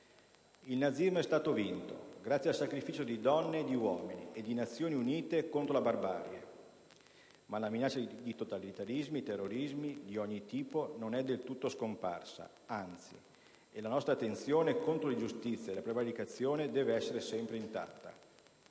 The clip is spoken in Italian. Il nazismo è stato vinto grazie al sacrificio di donne e di uomini e di nazioni unite contro la barbarie. Ma la minaccia di totalitarismi e terrorismi - di ogni tipo - non è del tutto scomparsa, anzi, la nostra attenzione contro l'ingiustizia e la prevaricazione deve essere sempre intatta.